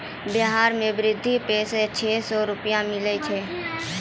बिहार मे वृद्धा पेंशन छः सै रुपिया मिलै छै